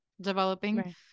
developing